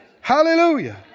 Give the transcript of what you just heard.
Hallelujah